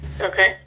Okay